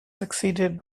succeeded